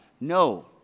No